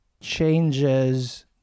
changes